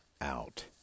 Out